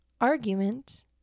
argument